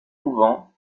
couvent